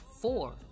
Four